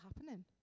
happening